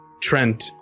Trent